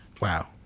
Wow